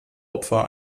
opfer